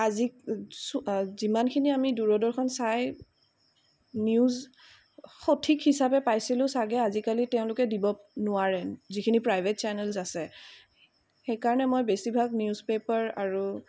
আজি আমি যিমানখিনি দূৰদৰ্শন চাই নিউজ সঠিক হিচাপে পাইছিলোঁ চাগে আজিকালি তেওঁলোকে দিব নোৱাৰে যিখিনি প্ৰাইভেট চেনেলছ আছে সেইকাৰণে মই বেছিভাগ নিউজপেপাৰ আৰু